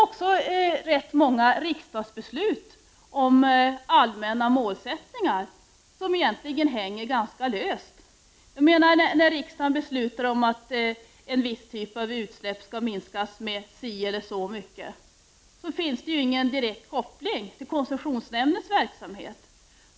Också rätt många riksdagsbeslut om allmänna målsättningar hänger nu ganska löst. När riksdagen beslutar om att en viss typ av utsläpp skall minskas till en viss nivå finns ingen direkt koppling till koncessionsnämndens verksamhet.